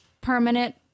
permanent